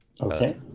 Okay